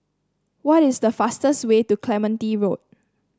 what is the fastest way to Clementi Road